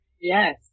Yes